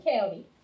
County